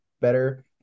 better